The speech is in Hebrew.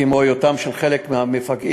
כמו היותם של חלק מהמפגעים